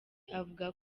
avuga